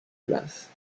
places